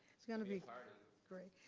it's gonna be great.